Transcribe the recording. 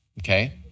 Okay